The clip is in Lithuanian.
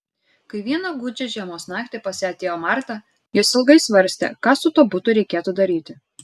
kai vieną gūdžią žiemos naktį pas ją atėjo marta jos ilgai svarstė ką su tuo butu reikėtų daryti